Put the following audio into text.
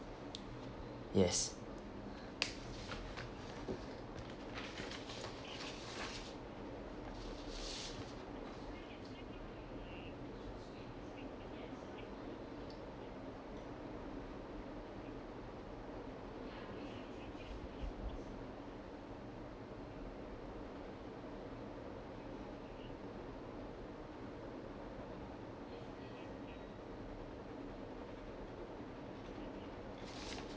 yes